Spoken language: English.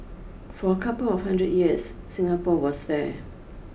for a couple of hundred years Singapore was there